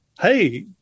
Hey